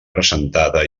presentada